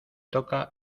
toca